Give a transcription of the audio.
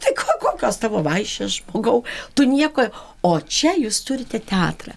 tai ko kokios tavo vaišės žmogau tu nieko o čia jūs turite teatrą